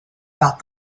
about